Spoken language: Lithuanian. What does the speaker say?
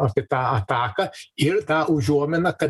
apie tą ataką ir ta užuomina kad